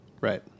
right